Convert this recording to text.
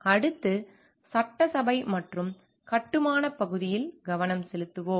அடுத்து சட்டசபை மற்றும் கட்டுமானப் பகுதியில் கவனம் செலுத்துவோம்